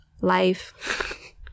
life